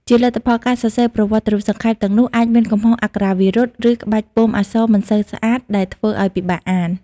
ជាលទ្ធផល ការសរសេរប្រវត្តិរូបសង្ខេប ទាំងនោះអាចមានកំហុសអក្ខរាវិរុទ្ធ ឬក្បាច់ពុម្ពអក្សរមិនសូវស្អាត ដែលធ្វើឲ្យពិបាកអាន។